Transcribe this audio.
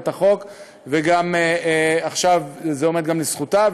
וגם עכשיו זה עומד לזכותה,